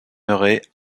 murray